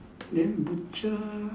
then butcher